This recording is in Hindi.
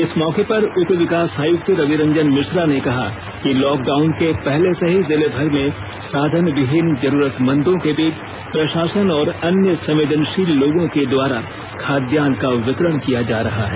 इस मौके पर उपविकास आयुक्त रवि रंजन मिश्रा ने कहा कि लॉक डाउन के पहले से ही जिलेमर में साधन विहीन जरूरतमंदों के बीच प्रशासन और अन्य संवेदनशील लोगों के द्वारा खाद्यान्न का वितरण किया जा रहा है